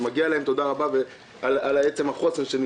מגיע להם תודה רבה על עצם החוסן והחוזק